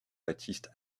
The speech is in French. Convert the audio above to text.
baptiste